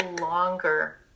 longer